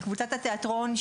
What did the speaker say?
קבוצת התיאטרון,